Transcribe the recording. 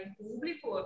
público